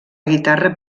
guitarra